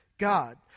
God